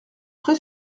vrai